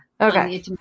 okay